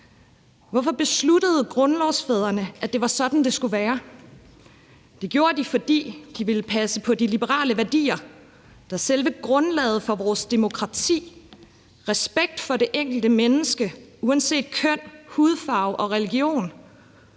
Hvorfor besluttede grundlovsfædrene, at det var sådan, det skulle være? Det gjorde de, fordi de ville passe på de liberale værdier, der er selve grundlaget for vores demokrati – respekt for det enkelte menneske uanset køn, hudfarve eller religion